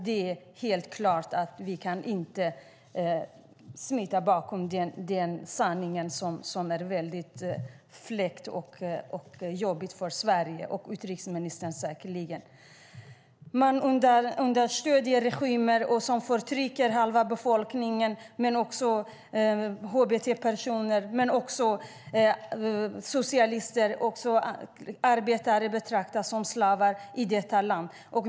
Det är helt klart att vi inte kan smita bakom den sanningen som är väldigt jobbig för Sverige och säkerligen för utrikesministern. Man understödjer regimer som förtrycker halva befolkningen men också hbt-personer och socialister. Arbetare betraktas som slavar i detta land.